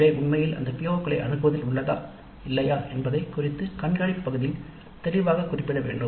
வேலை உண்மையில் அந்த PO களைக் அனுப்புவதில் உள்ளதா இல்லையா என்பதைக் குறித்து கண்காணிப்பு பகுதியில் தெளிவாக குறிப்பிடப்பட வேண்டும்